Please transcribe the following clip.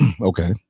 okay